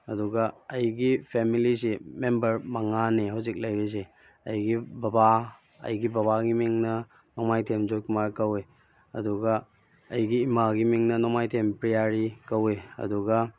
ꯑꯗꯨꯒ ꯑꯩꯒꯤ ꯐꯦꯃꯂꯤꯁꯦ ꯃꯦꯝꯕꯔ ꯃꯉꯥꯅꯤ ꯍꯧꯖꯤꯛ ꯂꯩꯔꯤꯁꯦ ꯑꯩꯒꯤ ꯕꯕꯥ ꯑꯩꯒꯤ ꯕꯕꯥꯒꯤ ꯃꯤꯡꯅ ꯅꯣꯡꯃꯥꯏꯊꯦꯝ ꯖꯣꯏꯀꯨꯃꯥꯔ ꯀꯧꯏ ꯑꯗꯨꯒ ꯑꯩꯒꯤ ꯏꯃꯥꯒꯤ ꯃꯤꯡꯅ ꯅꯣꯡꯃꯥꯏꯊꯦꯝ ꯄ꯭ꯔꯤꯌꯥꯔꯤ ꯛꯧꯏ ꯑꯗꯨꯒ